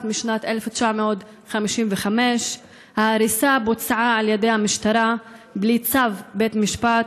משנת 1955. ההריסה בוצעה על ידי המשטרה בלי צו בית משפט,